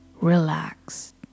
relaxed